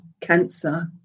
cancer